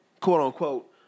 quote-unquote